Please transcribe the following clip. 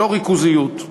לא ריכוזיות,